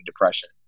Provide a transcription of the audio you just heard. depression